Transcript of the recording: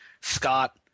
Scott